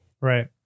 right